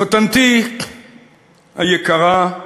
חותנתי היקרה,